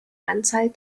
anzahl